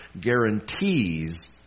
guarantees